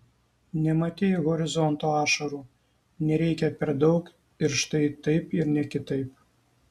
nematei horizonto ašarų nereikia per daug ir štai taip ir ne kitaip